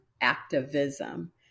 activism